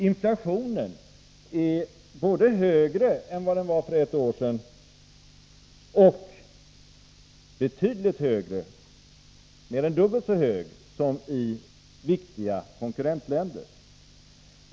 Inflationen är både högre än den var för ett drygt år sedan och mer än dubbelt så hög som i viktiga konkurrentländer.